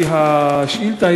כי השאילתה,